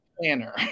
planner